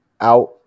out